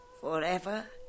Forever